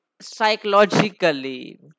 psychologically